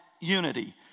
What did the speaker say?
unity